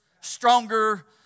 stronger